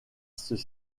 ceux